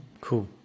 Cool